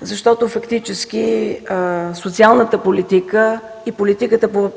защото фактически социалната политика и политиката по